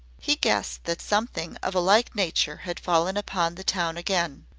he guessed that something of a like nature had fallen upon the town again.